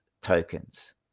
tokens